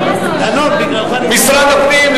משרד הפנים,